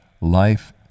Life